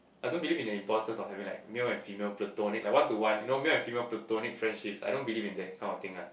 I don't believe in the importance of having like male and female platonic like one to one you know male and female platonic friendships I don't believe in that kind of thing lah